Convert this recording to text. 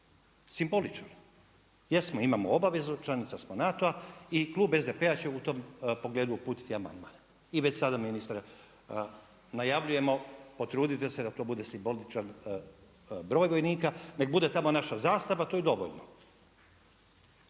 simboličan. Jesmo, imamo obavezu, članica smo NATO-a i klub SDP-a će u tom pogledu uputiti amandman i već sada ministre najavljujemo potrudite se da to bude simboličan broj vojnika. Nek bude tamo naša zastava, to je dovoljno.